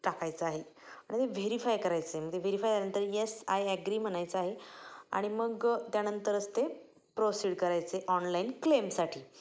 टाकायचं आहे आणि ते व्हेरीफाय करायचं आहे मग ते व्हेरीफाय झाल्यानंतर येस आहे ॲग्री म्हणायचं आहे आणि मग त्यानंतरच ते प्रोसिड करायचे ऑणलाईन क्लेमसाठी